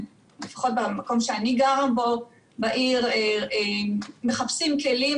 לפחות במקום שאני גרה בו מחפשים כלים,